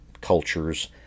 cultures